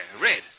red